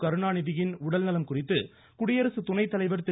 கருணாநிதியின் உடல்நலம் குறித்து குடியரசு துணைத்தலைவர் திரு